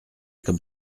comme